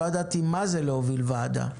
לא ידעתי מה זה להוביל ועדה.